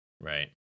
right